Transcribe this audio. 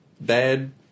bad